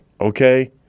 okay